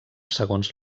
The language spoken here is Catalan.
segons